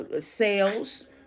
sales